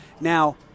Now